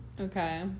Okay